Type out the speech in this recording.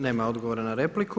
Nema odgovora na repliku.